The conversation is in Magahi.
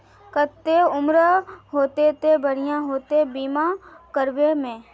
केते उम्र होते ते बढ़िया होते बीमा करबे में?